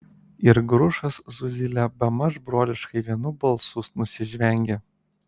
ir grušas su zyle bemaž broliškai vienu balsu nusižvengė